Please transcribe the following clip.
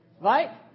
Right